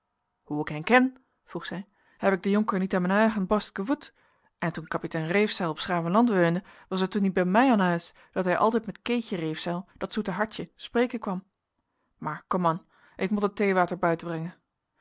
hoe ik hen ken vroeg zij heb ik den jonker niet an men aigen borst evoed en toen kapitein reefzeil op s gravenland weunde was het toen niet bij mijn an huis dat hij altijd met keetje reefzeil dat zoete hartje spreken kwam maar kom an ik mot het theewater buiten brengen